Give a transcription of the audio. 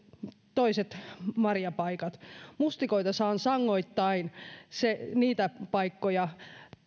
toiset marjapaikat mustikoita saan sangoittain niitä paikkoja